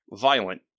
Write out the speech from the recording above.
violent